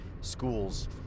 schools